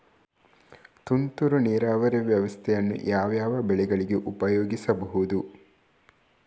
ತುಂತುರು ನೀರಾವರಿ ವ್ಯವಸ್ಥೆಯನ್ನು ಯಾವ್ಯಾವ ಬೆಳೆಗಳಿಗೆ ಉಪಯೋಗಿಸಬಹುದು?